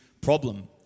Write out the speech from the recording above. problem